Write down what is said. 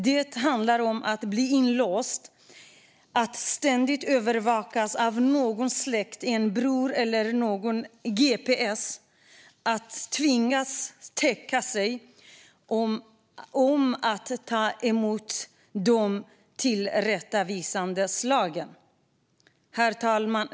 Det handlar om att bli inlåst och att ständigt övervakas av någon släkting eller av en gps. Det handlar om att tvingas täcka sig och att ta emot de tillrättavisande slagen. Herr talman!